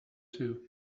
too